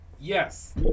Yes